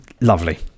Lovely